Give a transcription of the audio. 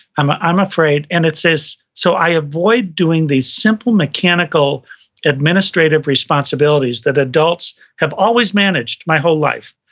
i'm ah i'm afraid and it's this, so i avoid doing these simple mechanical administrative responsibilities that adults have always managed my whole life.